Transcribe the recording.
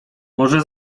może